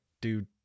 dude